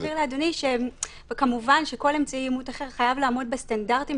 אבהיר לאדוני שכמובן כל אמצעי אימות אחר חייב לעמוד בסטנדרטים,